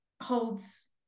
holds